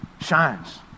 shines